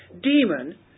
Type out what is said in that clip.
demon